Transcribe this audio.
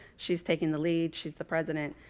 she's taking the lead, she's the president.